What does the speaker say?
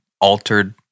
altered